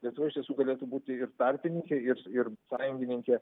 lietuva iš tiesų galėtų būti ir tarpininkė ir ir sąjungininkė